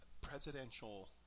presidential